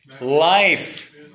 Life